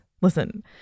Listen